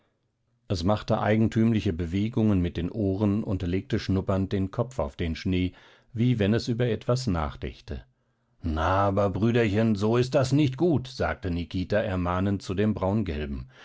es machte eigentümliche bewegungen mit den ohren und legte schnuppernd den kopf auf den schnee wie wenn es über etwas nachdächte na aber brüderchen so ist das nicht gut sagte nikita ermahnend zu dem